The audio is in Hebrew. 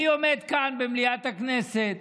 אני עומד כאן במליאת הכנסת.